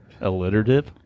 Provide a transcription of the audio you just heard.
alliterative